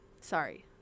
Sorry